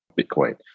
Bitcoin